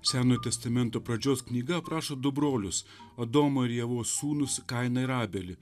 senojo testamento pradžios knyga aprašo du brolius adomo ir ievos sūnus kainą ir abelį